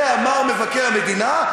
את זה אמר מבקר המדינה,